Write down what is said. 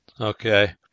Okay